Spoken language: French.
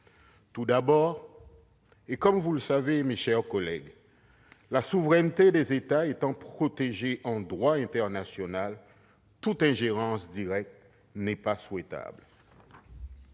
Tout d'abord- vous le savez, mes chers collègues -, la souveraineté des États étant protégée en droit international, toute ingérence directe doit être évitée.